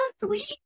sweet